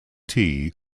tea